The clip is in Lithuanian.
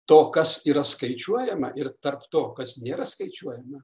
to kas yra skaičiuojama ir tarp to kas nėra skaičiuojama